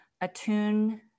attune